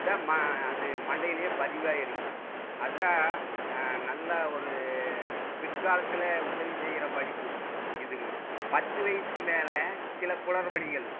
தான் அது மண்டையிலையே பதிவாயிருங்க அதான் நல்லா ஒரு பிற்காலத்தில் உதவி செய்கிற படிப்பு இதுங்க பத்து வயசுக்கு மேலே சில குளறுபடிகள்